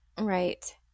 right